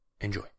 Enjoy